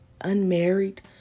unmarried